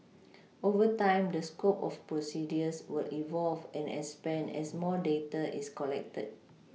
over time the scope of procedures will evolve and expand as more data is collected